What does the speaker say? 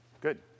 Good